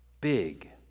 big